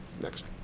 Next